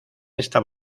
esta